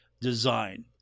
design